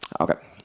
Okay